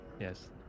Yes